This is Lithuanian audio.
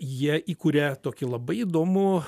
jie įkuria tokį labai įdomų